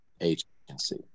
agency